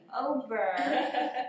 over